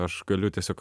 aš galiu tiesiog